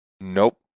Nope